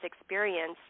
experience